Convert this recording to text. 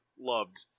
loved